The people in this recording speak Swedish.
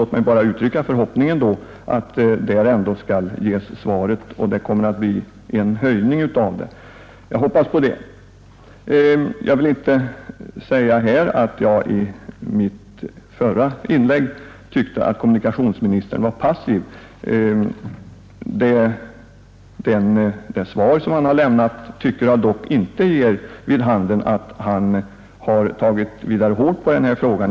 Låt mig då bara uttrycka förhoppningen att där ändå skall ges svaret att det kommer att bli en höjning av statsbidraget. Jag hoppas på det. Jag vill inte här säga att jag i mitt förra inlägg tyckte att kommunikationsministern var passiv. Det svar som han har lämnat tycker jag dock inte ger vid handen att han tagit vidare hårt på den här frågan.